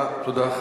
תודה.